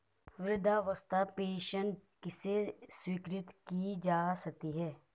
वृद्धावस्था पेंशन किसे स्वीकृत की जा सकती है?